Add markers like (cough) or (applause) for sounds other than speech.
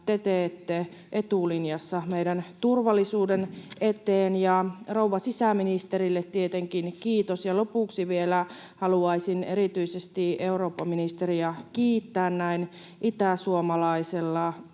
te teette etulinjassa meidän turvallisuutemme eteen, ja rouva sisäministerille tietenkin kiitos. Ja lopuksi vielä haluaisin erityisesti eurooppaministeriä (noise) kiittää näin itäsuomalaisena,